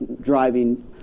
driving